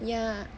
ya